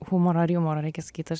humorą ar jumorą reikia sakyt aš